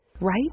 Right